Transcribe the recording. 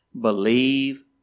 Believe